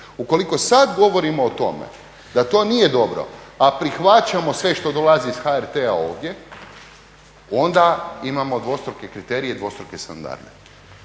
Ukoliko sada govorimo o tome, da to nije dobro, a prihvaćamo sve što dolazi iz HRT-a ovdje, onda imamo dvostruke kriterije i dvostruke standarde.